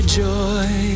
joy